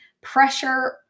pressure